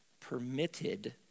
permitted